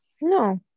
No